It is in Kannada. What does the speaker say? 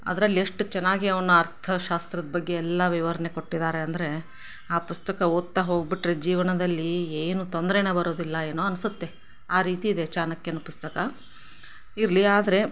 ಅದ್ರಲ್ಲಿ ಎಷ್ಟು ಚೆನ್ನಾಗಿ ಅವನ ಅರ್ಥಶಾಸ್ತ್ರದ ಬಗ್ಗೆ ಎಲ್ಲ ವಿವರಣೆ ಕೊಟ್ಟಿದ್ದಾರೆ ಅಂದರೆ ಆ ಪುಸ್ತಕ ಓದ್ತಾ ಹೋಗಿಬಿಟ್ರೆ ಜೀವನದಲ್ಲಿ ಏನೂ ತೊಂದ್ರೇನೇ ಬರೋದಿಲ್ಲ ಏನೋ ಅನ್ಸುತ್ತೆ ಆ ರೀತಿ ಇದೆ ಚಾಣಕ್ಯನ ಪುಸ್ತಕ ಇರಲಿ ಆದರೆ